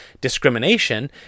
discrimination